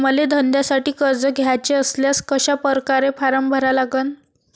मले धंद्यासाठी कर्ज घ्याचे असल्यास कशा परकारे फारम भरा लागन?